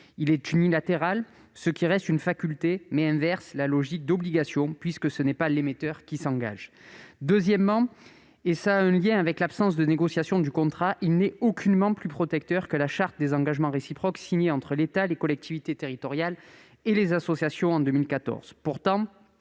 Le contrat reste une faculté, mais inverse la logique d'obligation puisque ce n'est pas l'émetteur qui s'engage. Deuxièmement, en lien avec l'absence de négociation, ce contrat n'est aucunement plus protecteur que la charte des engagements réciproques signée entre l'État, les collectivités territoriales et les associations.